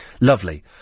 Lovely